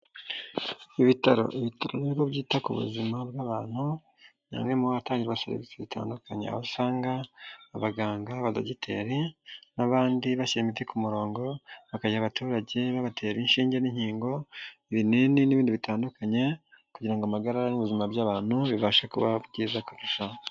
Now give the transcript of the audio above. Ibitaro, ibitaro n'ibigo byita ku buzima bw'abantu, ni hamwe mu hatangirwa serivisi zitandukanye, aho usanga abaganga, abadogiteri n'abandi bashyira imiti ku murongo, bakayiha abaturage, babatera inshinge n'inkingo, ibinini n'ibindi bitandukanye kugira ngo amagara n'ubuzima by'abantu bibashe kuba byiza kurushaho.